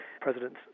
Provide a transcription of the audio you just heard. President